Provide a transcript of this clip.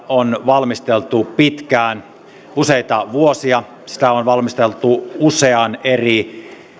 on valmisteltu pitkään useita vuosia sitä on valmisteltu usean eri